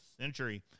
century